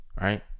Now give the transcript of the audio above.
right